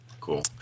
Cool